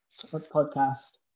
podcast